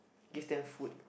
give them food